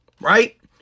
right